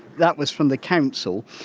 that was from the council.